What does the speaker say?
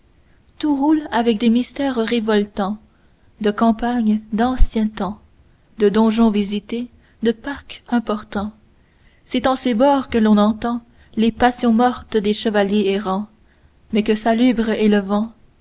tout roule avec des mystères révoltants de campagnes d'anciens temps de donjons visités de parcs importants c'est en ces bords que l'on entend les passions mortes des chevaliers errants mais que salubre est le vent